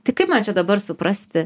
tai kaip man čia dabar suprasti